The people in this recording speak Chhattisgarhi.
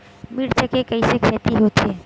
मिर्च के कइसे खेती होथे?